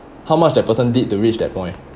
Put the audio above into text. how much the person did to reach that point